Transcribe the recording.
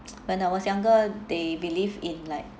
when I was younger they believe in like